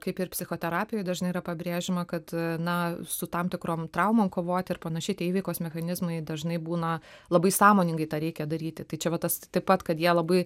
kaip ir psichoterapijoj dažnai yra pabrėžiama kad na su tam tikrom traumom kovot ir panašiai tie įveikos mechanizmai dažnai būna labai sąmoningai tą reikia daryti tai čia va tas taip pat kad jie labai